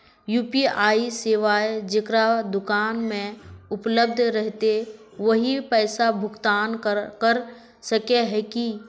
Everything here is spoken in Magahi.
यु.पी.आई सेवाएं जेकरा दुकान में उपलब्ध रहते वही पैसा भुगतान कर सके है की?